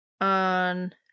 on